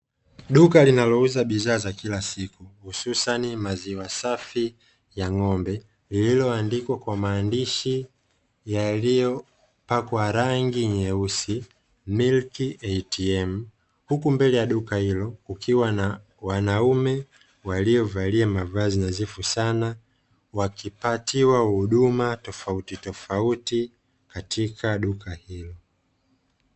Duka linalouza bidhaa za kila siku hususani maziwa safi ya ng'ombe lililoandikwa kwa maandishi yaliyopakwa rangi nyeusi "Milk atm", huku mbele ya duka hilo ukiwa na wanaume waliovalia mavazi na zifu sana wakipatiwa huduma tofauti tofauti katika duka hilo.